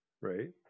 right